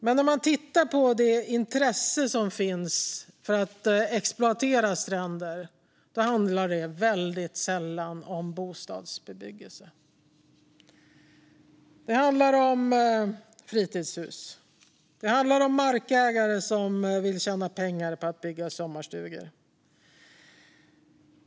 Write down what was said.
Men det intresse som finns för att exploatera stränder handlar väldigt sällan om bostadsbebyggelse. Det handlar om fritidshus. Det handlar om att markägare vill tjäna pengar på att bygga sommarstugor.